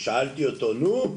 ושאלתי אותו: נו,